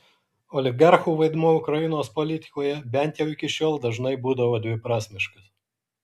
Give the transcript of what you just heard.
oligarchų vaidmuo ukrainos politikoje bent jau iki šiol dažnai būdavo dviprasmiškas